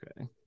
Okay